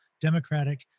democratic